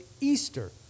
Easter